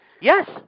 Yes